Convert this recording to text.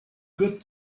good